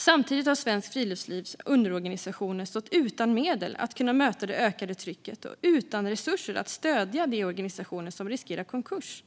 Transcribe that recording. Samtidigt har Svenskt Friluftslivs underorganisationer stått utan medel att kunna möta det ökade trycket och utan resurser att stödja de organisationer som riskerat konkurs.